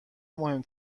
مهم